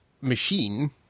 machine